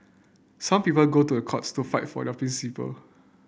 some people go to a courts to fight for their principle